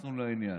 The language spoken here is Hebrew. התייחסנו לעניין.